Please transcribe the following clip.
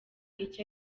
iki